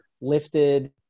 lifted